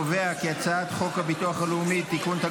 חוק הביטוח הלאומי (תיקון,